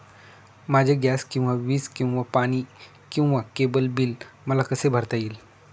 माझे गॅस किंवा वीज किंवा पाणी किंवा केबल बिल मला कसे भरता येईल?